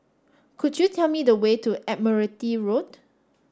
could you tell me the way to Admiralty Road